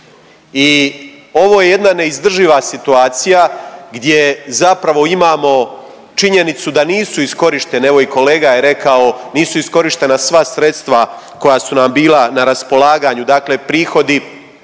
i ovo je jedna neizdrživa situacija gdje zapravo imamo činjenicu da nisu iskorištene, evo i kolega je rekao, nisu iskorištena sva sredstva koja su nam bila na raspolaganju, dakle prihodi